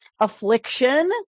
affliction